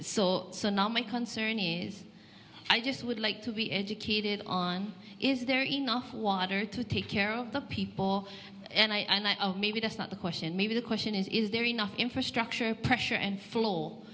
is not my concern i just would like to be educated on is there enough water to take care of the people and i know maybe that's not the question maybe the question is is there enough infrastructure pressure and full